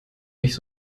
nicht